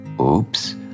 Oops